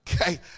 Okay